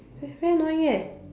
ve~ very annoying